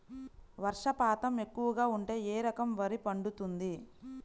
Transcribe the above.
వర్షపాతం ఎక్కువగా ఉంటే ఏ రకం వరి పండుతుంది?